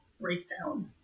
breakdown